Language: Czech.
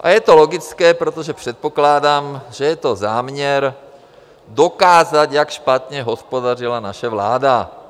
A je to logické, protože předpokládám, že je to záměr dokázat, jak špatně hospodařila naše vláda.